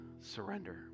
surrender